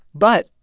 but.